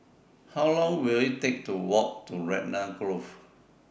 How Long Will IT Take to Walk to Raglan Grove